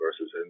versus